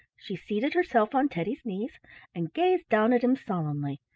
she seated herself on teddy's knees and gazed down at him solemnly,